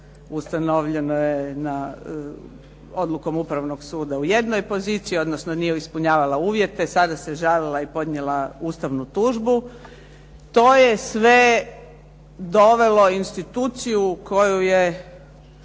ustanovljeno je odlukom Upravnog suda u jednoj poziciji, odnosno nije ispunjavala uvjete. Sada se žalila i podnijela ustavnu tužbu. To je sve dovelo instituciju koju je